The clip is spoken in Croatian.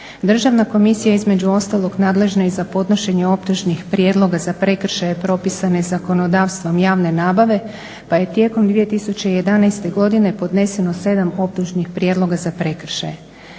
Državna komisija je između ostalog nadležan i za podnošenje optužnih prijedloga za prekršaje propisane zakonodavstvom javne nabave, pa je tijekom 2011. godine podneseno 7 optužnih prijedloga za prekršaje.